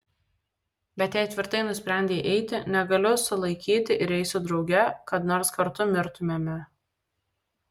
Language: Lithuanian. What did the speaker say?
bet jei tvirtai nusprendei eiti negaliu sulaikyti ir eisiu drauge kad nors kartu mirtumėme